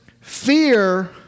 fear